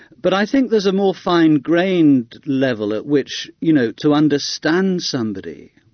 but i think there's a more fine-grained level at which you know to understand somebody,